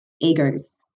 egos